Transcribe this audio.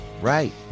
Right